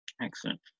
excellent